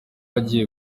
agiye